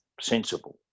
Sensible